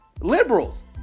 liberals